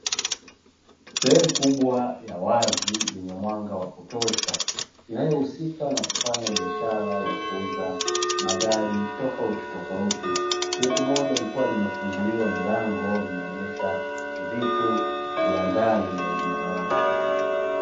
Sehemu kubwa ya wazi yenye mwanga wa kutosha, inayohusika na kufanya biashara ya kuuza magari tofautitofauti; huku moja likiwa limefunguliwa milango, linaonesha vitu vya ndani na uimara wake.